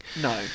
No